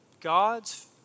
God's